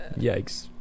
Yikes